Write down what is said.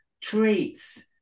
traits